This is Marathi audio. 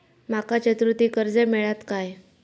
माका चतुर्थीक कर्ज मेळात काय?